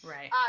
Right